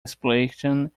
exploration